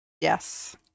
Yes